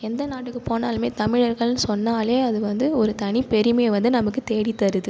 எந்த நாட்டுக்கு போனாலும் தமிழர்கள்னு சொன்னால் அது வந்து ஒரு தனி பெருமையை வந்து நமக்கு தேடி தருது